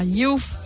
youth